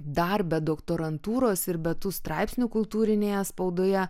dar be doktorantūros ir be tų straipsnių kultūrinėje spaudoje